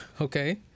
Okay